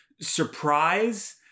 surprise